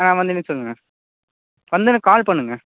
ஆ வந்தொடன்னே சொல்லுங்கள் வந்தொடன்னே கால் பண்ணுங்க